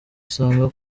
usanga